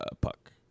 Puck